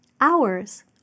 Hours